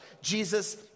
Jesus